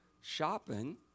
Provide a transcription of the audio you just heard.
shopping